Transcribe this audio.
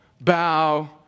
bow